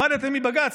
למדתם מבג"ץ,